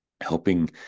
helping